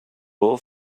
all